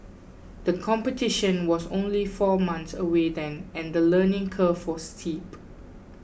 the competition was only four months away then and the learning curve was steep